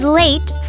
late